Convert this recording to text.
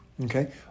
okay